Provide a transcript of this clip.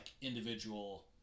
individual